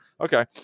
Okay